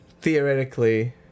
theoretically